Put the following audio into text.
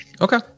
okay